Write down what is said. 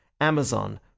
Amazon